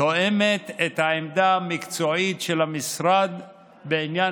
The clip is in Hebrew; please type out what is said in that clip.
תואמת את העמדה המקצועית של המשרד בעניין